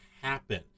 happen